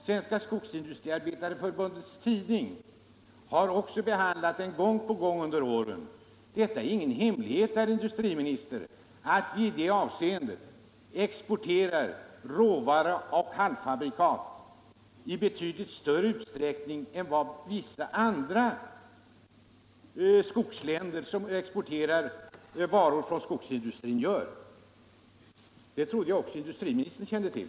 Tidningen Skogsindustriarbetaren/SIA har också behandlat den gång på gång under åren. Det är ingen hemlighet, herr industriminister, att vi exporterar råvara och halvfabrikat i betydligt större utsträckning än vissa andra länder som exporterar varor från skogsindustrin. Det trodde jag också industriministern kände till.